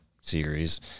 series